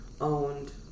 owned